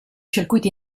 circuiti